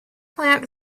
plant